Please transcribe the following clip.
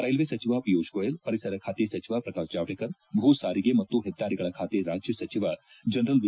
railway ಸಚಿವ ಪಿಯೂಶ್ ಗೋಯಲ್ ಪರಿಸರ ಖಾತೆ ಸಚಿವ ಪ್ರಕಾಶ್ ಜಾವೆಡೇಕರ್ ಭೂ ಸಾರಿಗೆ ಮತ್ತು ಹೆದ್ದಾರಿಗಳ ಖಾತೆ ರಾಜ್ಯ ಸಚಿವ ಜನರಲ್ ವಿ